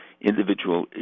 individual